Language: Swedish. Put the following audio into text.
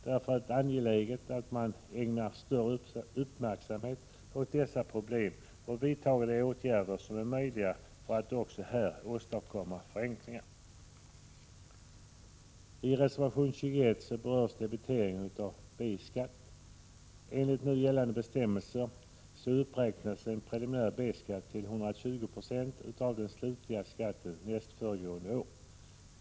Därför är det angeläget att man ägnar större uppmärksamhet åt dessa problem och vidtar de åtgärder som är möjliga för att också här åstadkomma förenklingar. I reservation 21 berörs debiteringen av B-skatt. Enligt nu gällande bestämmelser uppräknas en preliminär B-skatt till 120 20 av den slutliga skatten nästföregående år.